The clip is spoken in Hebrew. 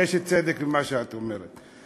יש צדק במה שאת אומרת.